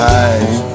eyes